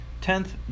Tenth